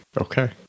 okay